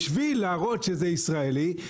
בשביל להראות שזה ישראלי,